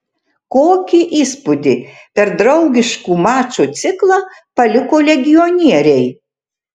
kokį įspūdį per draugiškų mačų ciklą paliko legionieriai